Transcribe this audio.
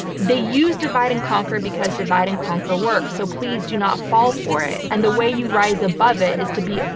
they use divide and conquer because divide and conquer works. so please do not fall for it. and the way you rise above it is to be,